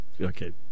okay